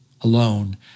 alone